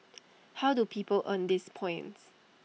how do people earn these points